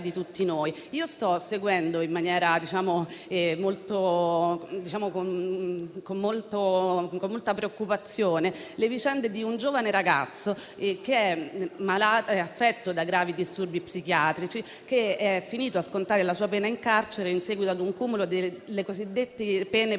Sto seguendo con molta preoccupazione le vicende di un giovane ragazzo, malato e affetto da gravi disturbi psichiatrici, che è finito a scontare la propria pena in carcere in seguito al cumulo delle cosiddette pene per reati